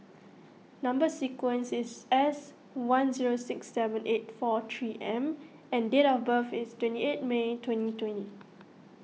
Number Sequence is S one zero six seven eight four three M and date of birth is twenty eight May twenty twenty